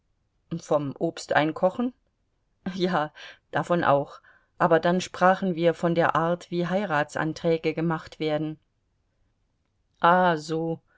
vom obsteinkochen ja davon auch aber dann sprachen wir von der art wie heiratsanträge gemacht werden ah so